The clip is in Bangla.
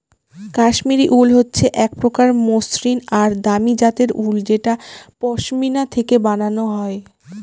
কাশ্মিরী উল হচ্ছে এক প্রকার মসৃন আর দামি জাতের উল যেটা পশমিনা থেকে বানানো হয়